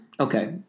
okay